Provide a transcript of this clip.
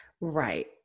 Right